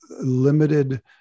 limited